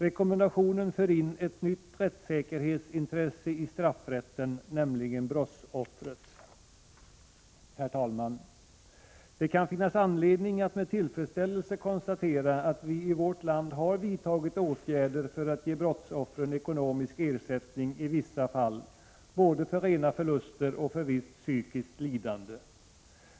Rekommendationen för in ett nytt rättssäkerhetsintresse i straffrätten, nämligen brottsoffrets. Herr talman! Det kan finnas anledning att med tillfredsställelse konstatera att vi i vårt land har vidtagit åtgärder för att ge brottsoffren ekonomisk ersättning i vissa fall, både för rena förluster och för visst psykiskt lidande.